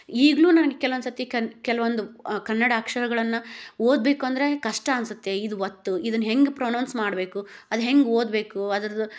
ಈಗಲೂ ನಾನು ಕೆಲವೊಂದು ಸರ್ತಿ ಕನ್ ಕೆಲವೊಂದು ಕನ್ನಡ ಅಕ್ಷರಗಳನ್ನ ಓದಬೇಕು ಅಂದರೆ ಕಷ್ಟ ಅನ್ಸುತ್ತೆ ಇದು ಒತ್ತು ಇದನ್ನ ಹೆಂಗೆ ಪ್ರೊನೌನ್ಸ್ ಮಾಡಬೇಕು ಅದು ಹೆಂಗೆ ಓದಬೇಕು ಅದರ್ದು